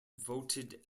voted